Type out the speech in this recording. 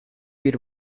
bir